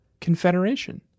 Confederation